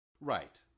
Right